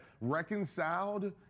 reconciled